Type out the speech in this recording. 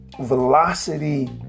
velocity